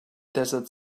desert